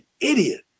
idiot